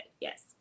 Yes